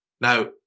Now